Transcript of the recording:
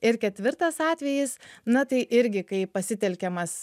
ir ketvirtas atvejis na tai irgi kai pasitelkiamas